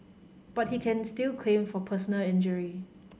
but he can still claim for personal injury